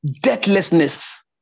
Deathlessness